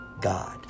God